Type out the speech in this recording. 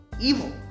evil